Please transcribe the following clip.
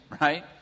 right